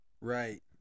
Right